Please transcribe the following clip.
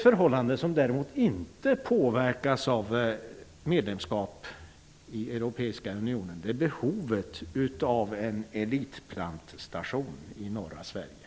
Något som däremot inte påverkas av ett medlemskap i Europeiska unionen är behovet av en elitplantstation i norra Sverige.